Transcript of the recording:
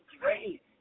great